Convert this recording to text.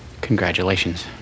Congratulations